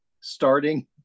starting